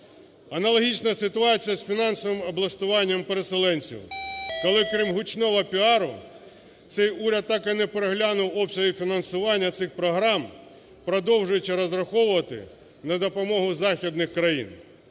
Аналогічна ситуація з фінансовим облаштуванням переселенців. Коли крім гучного піару цей уряд так і не переглянув обсяги фінансування цих програм, продовжуючи розраховувати на допомогу західних країн.